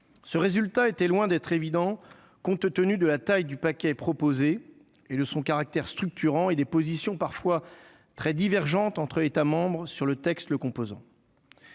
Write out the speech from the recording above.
ce résultat était loin d'être évident compte tenu de la taille du paquet proposé et de son caractère structurant et des positions parfois très divergentes entre États sur le texte, le composant.